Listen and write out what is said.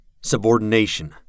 Subordination